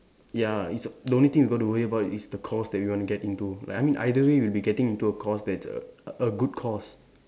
ya it's the only thing we got to worry about is the course that we want to get into like I mean either way we will be getting into a course that's a a good course